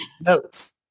notes